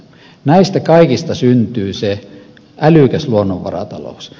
näistä kaikista syntyy se älykäs luonnonvaratalous